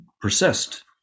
persist